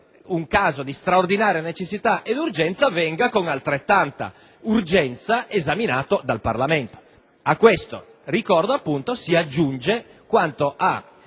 un caso di straordinaria necessità ed urgenza, venga con altrettanta urgenza esaminato dal Parlamento. A questo - ricordo appunto - si aggiunge quanto ha